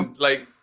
and like,